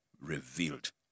revealed